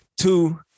Two